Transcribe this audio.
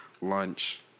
lunch